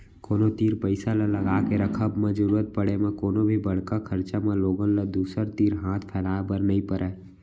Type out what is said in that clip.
कोनो तीर पइसा ल लगाके रखब म जरुरत पड़े म कोनो भी बड़का खरचा म लोगन ल दूसर तीर हाथ फैलाए बर नइ परय